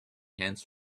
hands